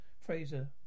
Fraser